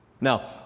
Now